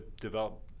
develop